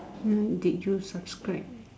hmm did you subscribe